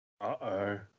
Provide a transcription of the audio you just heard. Uh-oh